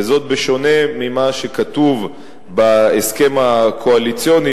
וזאת בשונה ממה שכתוב בהסכם הקואליציוני,